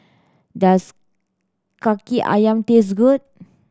does Kaki Ayam taste good